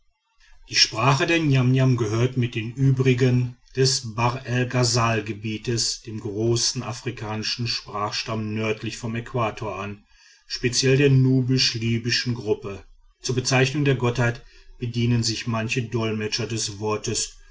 die sprache der niamniam gehört mit den übrigen des bahr el ghasal gebiets dem großen afrikanischen sprachstamm nördlich vom äquator an speziell der nubisch libyschen gruppe zur bezeichnung der gottheit bedienen sich manche dolmetscher des wortes